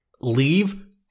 Leave